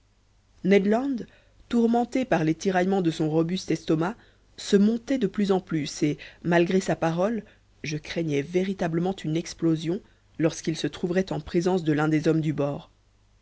ned land tourmenté par les tiraillements de son robuste estomac se montait de plus en plus et malgré sa parole je craignais véritablement une explosion lorsqu'il se trouverait en présence de l'un des hommes du bord